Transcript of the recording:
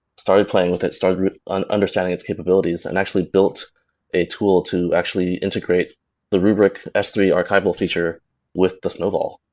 started playing with it, started and understanding its capabilities and actually built a tool to actually integrate the rubrik s three archival feature with the snowball.